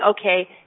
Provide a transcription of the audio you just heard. okay